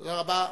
תודה רבה.